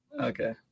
Okay